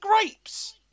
grapes